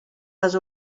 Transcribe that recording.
les